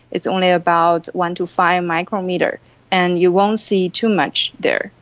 it's only about one to five micrometres and you won't see too much there.